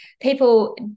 people